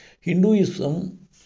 Hinduism